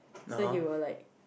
so he was like